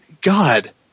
God